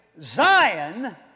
Zion